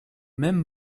même